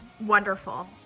wonderful